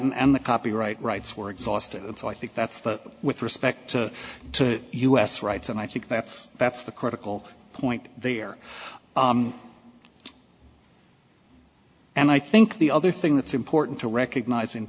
n and the copyright rights were exhausted and so i think that's that with respect to to us rights and i think that's that's the critical point there and i think the other thing that's important to recogniz